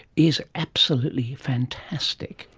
is absolutely fantastic.